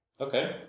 Okay